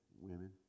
women